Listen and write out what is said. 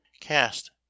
cast